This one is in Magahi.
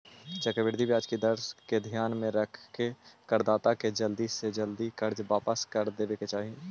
चक्रवृद्धि ब्याज दर के ध्यान में रखके करदाता के जल्दी से जल्दी कर्ज वापस कर देवे के चाही